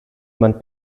man